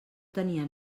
tenia